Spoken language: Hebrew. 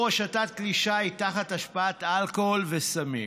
(איסור השטת כלי שיט תחת השפעת אלכוהול וסמים).